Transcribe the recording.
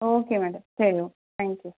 okay madam சரி okay thank you